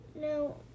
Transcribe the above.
no